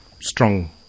strong